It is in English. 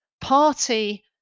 party